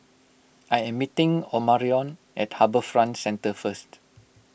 I am meeting Omarion at HarbourFront Centre first